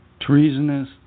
treasonous